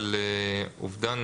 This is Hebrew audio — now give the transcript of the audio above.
במקום "אבידת" יבוא "אבידה,